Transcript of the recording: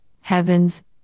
heavens